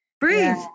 Breathe